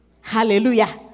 Hallelujah